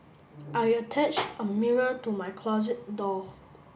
I attached a mirror to my closet door